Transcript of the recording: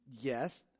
Yes